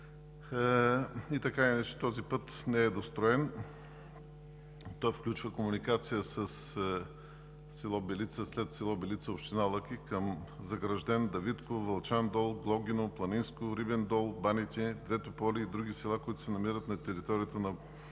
Така или иначе този път не е достроен, а включва комуникация със село Белица, след село Белица – община Лъки, към селата Загражден, Давидково, Вълчан дол, Глогино, Планинско, Рибен дол, Баните, Две тополи и други, които се намират на територията на